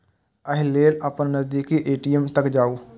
एहि लेल अपन नजदीकी ए.टी.एम तक जाउ